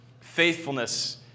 Faithfulness